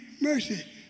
mercy